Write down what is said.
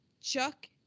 Chuck